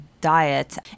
diet